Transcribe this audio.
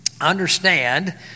understand